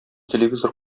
телевизор